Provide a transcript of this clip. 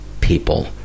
people